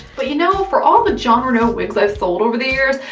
but you know, for all the jon renau wigs i've sold over the years,